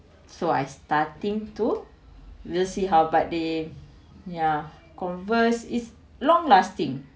so I starting to we'll see how about it ya Converse is long lasting